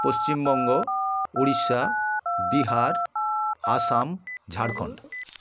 Paschimbanga Odisha Bihar Assam Jharkhand